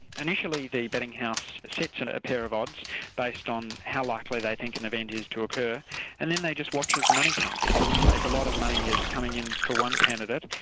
initially the betting house sets and a pair of odds based on how likely they think an event is to occur and then they just watch as the money comes in. if a lot of money is coming in for one candidate,